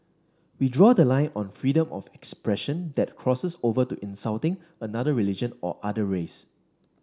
we draw the line on freedom of expression that crosses over to insulting another religion or another race